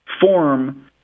form